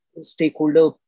stakeholder